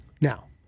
now